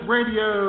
Radio